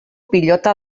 pilota